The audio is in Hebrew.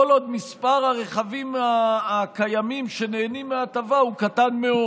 כל עוד מספר הרכבים הקיימים שנהנים מההטבה הוא קטן מאוד.